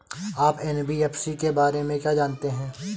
आप एन.बी.एफ.सी के बारे में क्या जानते हैं?